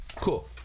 Cool